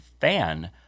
fan